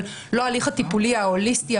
אבל לא ההליך הטיפולי ההוליסטי,